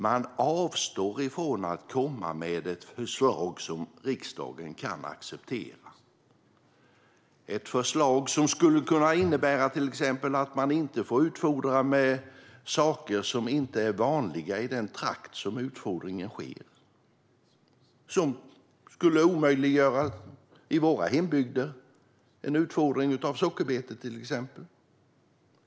Man avstår från att komma med ett förslag som riksdagen kan acceptera. Ett sådant förslag skulle till exempel kunna innebära att man inte får utfodra med sådant som inte är vanligt i den trakt där utfodringen sker. Det skulle i dina och mina hembygder omöjliggöra en utfodring med exempelvis sockerbetor.